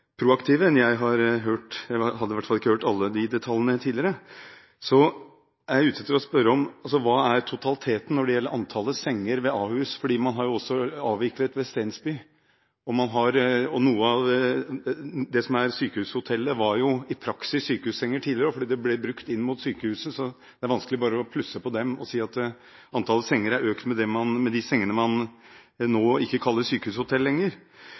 proaktive enn det jeg har hørt tidligere, jeg hadde i hvert fall ikke hørt alle de detaljene – vil jeg spørre om hva som er totaliteten når det gjelder antallet senger ved Ahus. Man har avviklet ved Stensby. Det som er sykehushotellet, var i praksis sykehussenger tidligere, fordi disse ble brukt av sykehuset. Det er vanskelig bare å plusse på disse og si at antallet er økt med de sengene man ikke lenger kaller